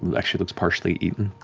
and actually looks partially eaten.